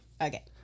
Okay